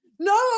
no